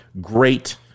great